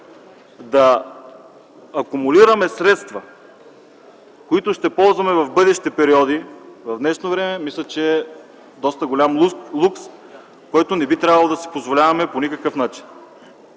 да акумулираме средства, които ще ползваме в бъдещи периоди, за днешно време мисля, че е доста голям лукс, който не би трябвало да си позволяваме по никакъв начин.